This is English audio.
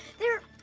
they're